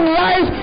life